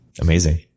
Amazing